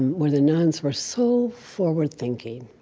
and where the nuns were so forward thinking.